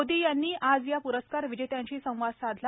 मोदी यांनी आज या प्रस्कार विजेत्यांशी संवाद साधला